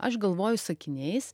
aš galvoju sakiniais